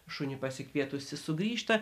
šunį pasikvietusi sugrįžta